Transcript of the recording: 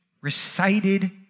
recited